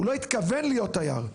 הוא לא התכוון להיות תייר,